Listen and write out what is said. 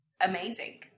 amazing